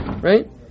Right